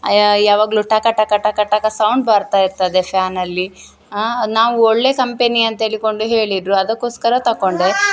ಯಾವಾಗಲೂ ಟಕ ಟಕ ಟಕ ಟಕ ಸೌಂಡ್ ಬರ್ತಾ ಇರ್ತದೆ ಫ್ಯಾನಲ್ಲಿ ನಾವು ಒಳ್ಳೆಯ ಕಂಪೆನಿ ಅಂತೇಳಿಕೊಂಡು ಹೇಳಿದ್ರು ಅದಕ್ಕೋಸ್ಕರ ತಕೊಂಡೆ